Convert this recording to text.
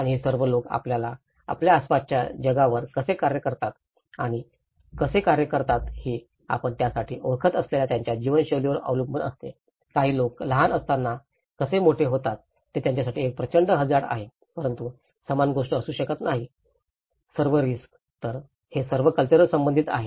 आणि हे सर्व लोक आपल्या आसपासच्या जगावर कसे कार्य करतात आणि कसे कार्य करतात हे आपण त्यांच्यासाठी ओळखत असलेल्या त्यांच्या जीवनशैलीवर अवलंबून असते काही लोक लहान असताना कसे मोठे होतात हे त्यांच्यासाठी एक प्रचंड हझार्ड आहे परंतु समान गोष्ट असू शकत नाही सर्व रिस्क तर हे सर्व कल्चरल संबंधित आहे